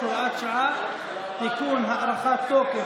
הוראת שעה) (תיקון) (הארכת תוקף),